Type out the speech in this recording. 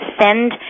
send